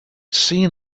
seen